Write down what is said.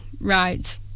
right